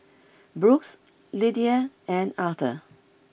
Brooks Lidia and Arthur